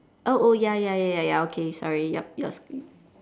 oh oh ya ya ya ya okay sorry yup you ask me